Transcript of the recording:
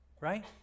right